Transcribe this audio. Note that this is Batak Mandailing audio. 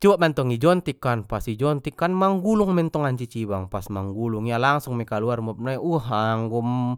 cubo mantong ijontik kan pas i jontik kan manggulung mei ntong ancicibang i pas manggulung ia langsung mei kaluar muap nai uah anggo.